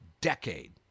decade